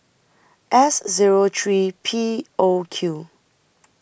S Zero three P O Q